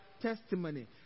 testimony